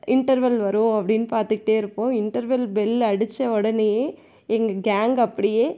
interval வரும் அப்படின்னு பார்த்துக்கிட்டே இருப்போம் இன்டர்வல் பெல் அடித்த உடனேயே எங்கள் கேங் அப்படியே